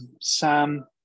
Sam